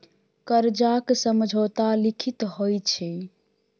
करजाक समझौता लिखित होइ छै